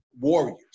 Warriors